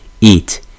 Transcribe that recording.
Eat